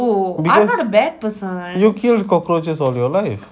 because you kill cockroach all your life